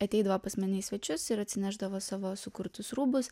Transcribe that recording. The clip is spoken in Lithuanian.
ateidavo pas mane į svečius ir atsinešdavo savo sukurtus rūbus